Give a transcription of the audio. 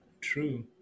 True